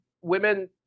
women